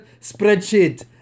spreadsheet